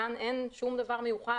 אבל כאן אין שום דבר מיוחד.